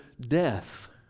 death